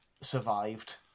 survived